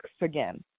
again